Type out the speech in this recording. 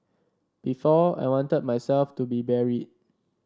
before I wanted myself to be buried